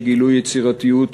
שגילו יצירתיות